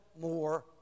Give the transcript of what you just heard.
more